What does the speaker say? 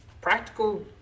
practical